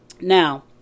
Now